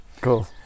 Cool